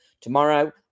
tomorrow